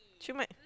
siew-mai